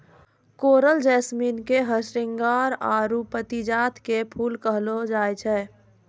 coral jasmine के हरसिंहार आरु परिजात के फुल सेहो कहलो जाय छै